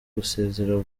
gusezera